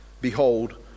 Behold